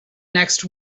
next